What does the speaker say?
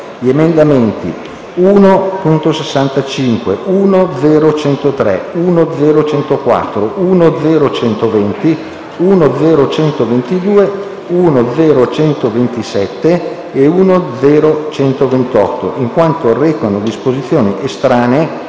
gli emendamenti 1.65, 1.0.103, 1.0.104, 1.0.120, 1.0.122, 1.0.127 e 1.0.128, in quanto recano disposizioni estranee